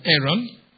Aaron